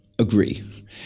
agree